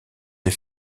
les